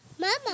Mama